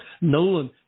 Nolan